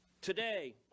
Today